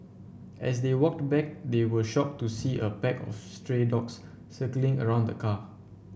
as they walked back they were shocked to see a pack of stray dogs circling around the car